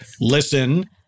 Listen